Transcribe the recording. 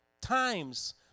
Times